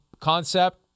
concept